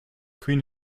queen